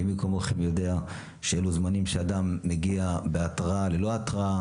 ומי כמוכם יודע שאלו זמנים שאדם מגיע בהתראה ללא התראה,